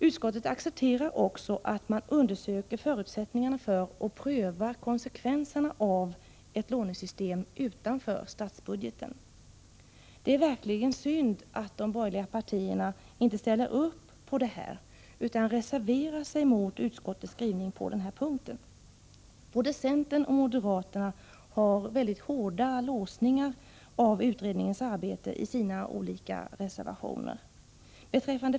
Utskottet accepterar också att man undersöker förutsättningarna för och prövar konsekvenserna av ett lånesystem utanför statsbudgeten. Det är verkligen synd att de borgerliga partierna inte ställer upp på detta utan reserverar sig mot utskottets skrivning på den här punkten. Både centern och moderaterna anger mycket hårda låsningar av utredningens arbete i sina olika reservationer.